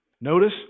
Notice